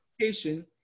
education